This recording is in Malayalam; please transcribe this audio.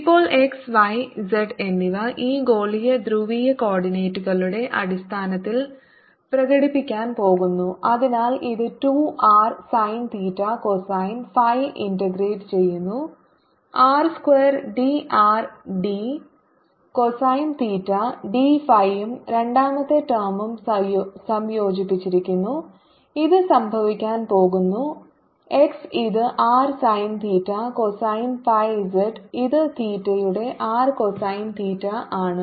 ഇപ്പോൾ xy z എന്നിവ ഈ ഗോളീയ ധ്രുവീയ കോർഡിനേറ്റുകളുടെ അടിസ്ഥാനത്തിൽ പ്രകടിപ്പിക്കാൻ പോകുന്നു അതിനാൽ ഇത് 2 r sine theta cosine phi integrate ചെയ്യുന്നു r square drd cosine theta d phi യും രണ്ടാമത്തെ ടേമും സംയോജിപ്പിച്ചിരിക്കുന്നു ഇത് സംഭവിക്കാൻ പോകുന്നു x ഇത് r sine theta cosine phi z ഇത് തീറ്റയുടെ r കോസൈൻ തീറ്റ ആണ്